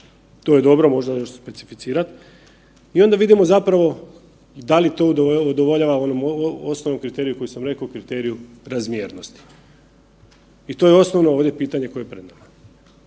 To je dobro, možda još specificirat. I onda vidimo zapravo da li to udovoljava onom osnovom kriteriju koji sam rekao, kriteriju razmjernosti. I to je osnovno ovdje pitanje koje je pred nama.